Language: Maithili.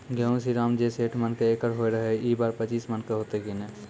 गेहूँ श्रीराम जे सैठ मन के एकरऽ होय रहे ई बार पचीस मन के होते कि नेय?